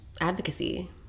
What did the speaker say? advocacy